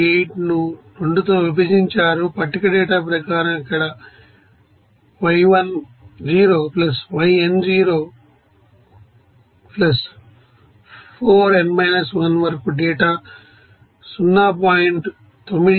428 ను 2తో విభజించారు పట్టిక డేటా ప్రకారం ఇక్కడ y1 0 y n0 4 n 1వరకు డేటా 0